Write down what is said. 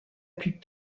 plus